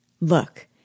Look